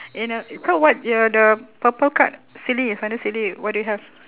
you know so what your the purple card silly it's under silly what do you have